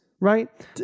right